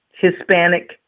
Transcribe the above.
Hispanic